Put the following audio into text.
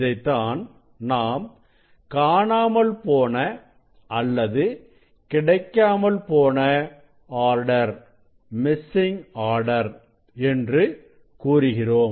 இதைத்தான் நாம் காணாமல் போன அல்லது கிடைக்காமல் போன ஆர்டர் என்று கூறுகிறோம்